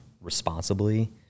responsibly